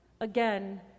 again